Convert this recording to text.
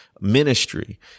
ministry